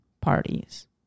parties